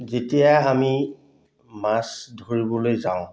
যেতিয়া আমি মাছ ধৰিবলৈ যাওঁ